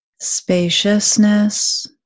spaciousness